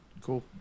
Cool